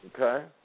Okay